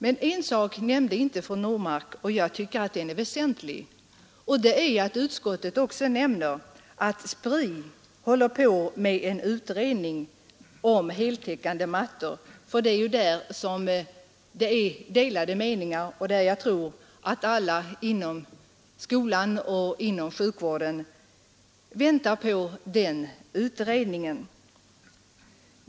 Men en sak nämnde inte fru Normark — och den tycker jag är väsentlig — nämligen att utskottet också påpekar att SPRI håller på att göra en utredning om heltäckande mattor. Jag tror att alla inom skolan och sjukvården väntar med stort intresse på utredningens resultat.